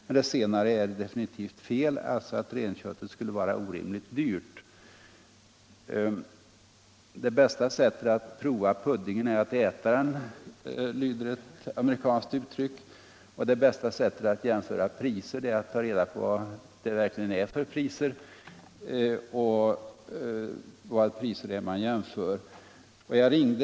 Men det senare är fel, alltså att renkött skulle vara orimligt dyrt. Det bästa sättet att prova puddingen är att äta den, lyder ett amerikanskt uttryck. Och det bästa sättet att jämföra priser är att ta reda på vad de priser är som man jämför med.